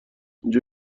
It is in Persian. اینجا